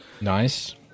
nice